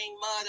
mud